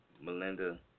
Melinda